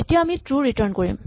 তেতিয়া আমি ট্ৰো ৰিটাৰ্ন কৰিম